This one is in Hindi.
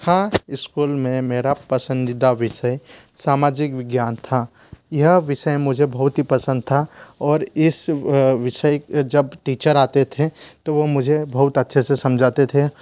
हाँ इस्कूल मे मेरा पसंदीदा विषय सामाजिक विज्ञान था यह विषय मुझे बहुत ही पसन्द था और इस विषय जब टीचर आते थे तो वो मुझे बहुत अच्छे से समझते थे